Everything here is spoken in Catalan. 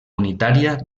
unitària